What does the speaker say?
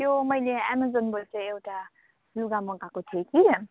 त्यो मैले एमाजोनबाट एउटा लुगा मगाएको थिएँ कि